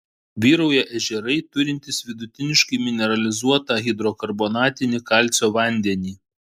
vyrauja ežerai turintys vidutiniškai mineralizuotą hidrokarbonatinį kalcio vandenį